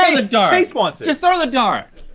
ah the dart. chase wants it. just throw the dart.